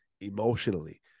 emotionally